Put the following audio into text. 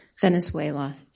Venezuela